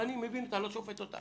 אבל אני מבין אותה ולא שופט אותה.